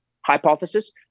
hypothesis